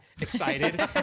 excited